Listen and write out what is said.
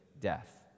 death